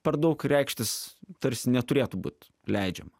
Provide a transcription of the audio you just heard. per daug reikštis tarsi neturėtų būt leidžiama